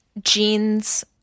jeans